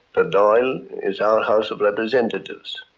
the dail is our house of representatives.